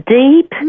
deep